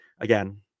again